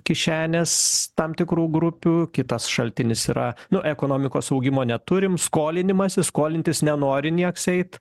kišenės tam tikrų grupių kitas šaltinis yra nu ekonomikos augimo neturim skolinimąsis skolintis nenori nieks eit